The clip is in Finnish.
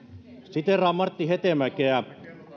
siteeraan martti hetemäkeä